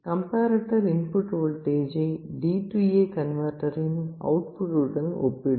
comparator input வோல்டேஜை DA கன்வெர்ட்டரின் output உடன் ஒப்பிடும்